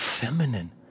feminine